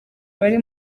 abari